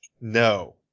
No